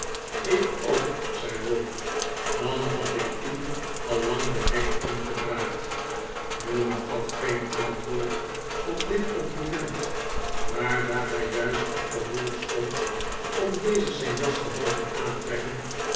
ik ook zei ralph dan had ik u al lang den nek omgedraaid newman gaf geen antwoord op dit compliment maar daar hij juist achter ralph stond om deze'n zijn jas te helpen aantrekken